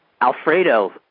Alfredo